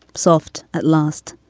soft at last.